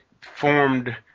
formed